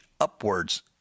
upwards